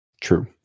True